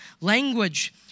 language